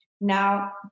now